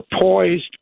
poised